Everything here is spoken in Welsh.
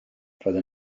roedd